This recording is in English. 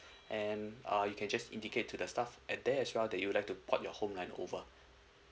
and uh you can just indicate to the staff at there as well that you'd like to port your home line over